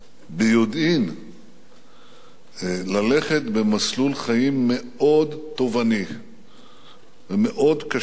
ביודעין ללכת במסלול חיים מאוד תובעני ומאוד קשה.